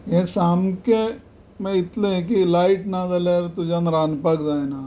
हें सामकें म्हणल्यार इतलें की लायट ना जाल्यार तुज्यान रांदपाक जायना